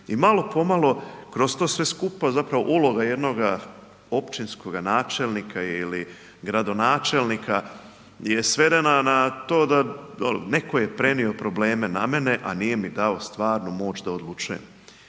I malo pomalo kroz to sve skupa uloga jednoga općinskog načelnika ili gradonačelnika je svedena na to da neko je prenio probleme na mene, a nije mi dao stvarnu moć da odlučujem.